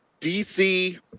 DC